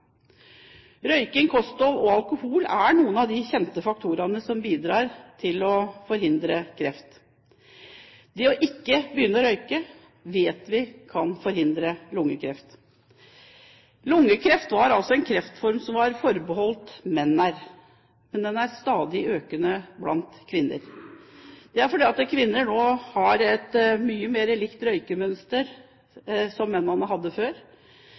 Røyking, kosthold og alkohol er noen av de kjente faktorene som bidrar til kreft. Det ikke å begynne å røyke, vet vi kan forhindre lungekreft. Lungekreft var altså en kreftform som var forbeholdt menn, men den er stadig økende blant kvinner. Det er fordi at kvinner nå har et røykemønster, mye mer likt det mennene hadde før.